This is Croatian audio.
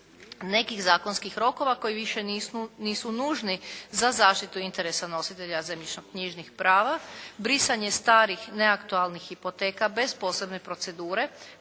nekih zakonskih rokova koji više nisu nužni za zaštitu interesa nositelja zemljišnoknjižnih prava, brisanje starih neaktualnih hipoteka bez posebne procedure